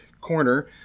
corner